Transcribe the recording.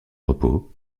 repos